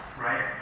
Right